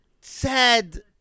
sad